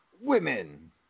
Women